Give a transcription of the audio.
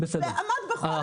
וזה עמד בכל --- בסדר.